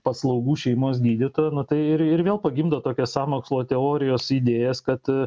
paslaugų šeimos gydytojo nu tai ir ir vėl pagimdo tokias sąmokslo teorijos idėjas kad